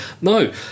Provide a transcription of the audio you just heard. no